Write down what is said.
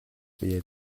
биеэ